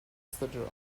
stagione